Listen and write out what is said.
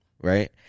right